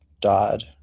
died